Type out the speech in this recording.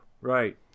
Right